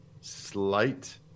slight